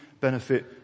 benefit